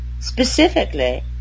specifically